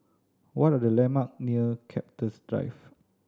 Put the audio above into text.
what are the landmark near Cactus Drive